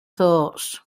thoughts